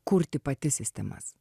kurti pati sistemas